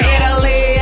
Italy